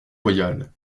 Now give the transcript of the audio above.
royal